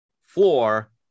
floor